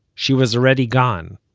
she was already gone.